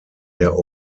der